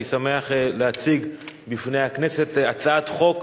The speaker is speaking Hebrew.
אני שמח להציג בפני הכנסת את הצעת חוק